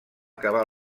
acabar